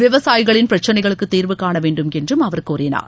விவசாயிகளின் பிரச்சினைகளுக்கு தீர்வு காண வேண்டும் என்று அவர் கூறினார்